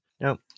no